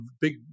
big